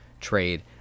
trade